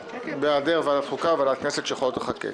בהיעדר ועדת חוקה וועדת כנסת שיכולות לחוקק.